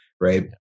right